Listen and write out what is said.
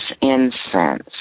incense